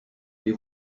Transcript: les